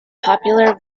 popular